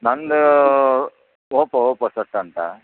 ನನ್ನದು Oppo Oppo set ಅಂತ